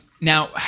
now